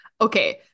okay